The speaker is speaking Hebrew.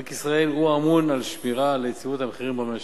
בנק ישראל הוא הממונה על שמירה על יציבות המחירים במשק.